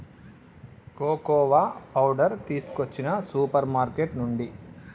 cocoa powder తీసుకొచ్చిన super market నుండి